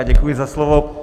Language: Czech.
Já děkuji za slovo.